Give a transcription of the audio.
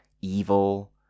evil